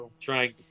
trying